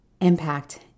impact